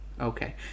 okay